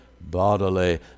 bodily